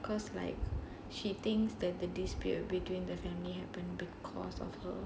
because like she thinks that the dispute between the family happen because of her